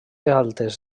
altes